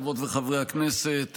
חברות וחברי הכנסת,